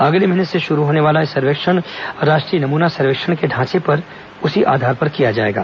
अगले माह से शुरू होने वाला सर्वेक्षण राष्ट्रीय नमूना सर्वेक्षण ढांचे के आधार पर किया जाएगा